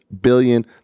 billion